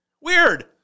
Weird